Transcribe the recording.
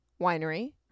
winery